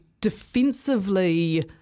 defensively –